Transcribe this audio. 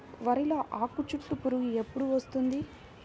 వరిలో ఆకుచుట్టు పురుగు ఎప్పుడు వస్తుంది?